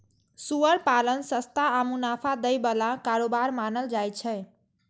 सुअर पालन सस्ता आ मुनाफा दै बला कारोबार मानल जाइ छै